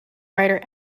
writer